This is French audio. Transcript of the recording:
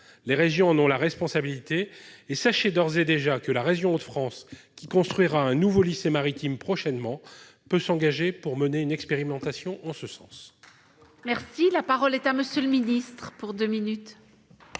Les régions en ont la responsabilité et sachez, d'ores et déjà, que la région Hauts-de-France, qui en construira un nouveau prochainement, est disposée à s'engager dans une expérimentation en ce sens.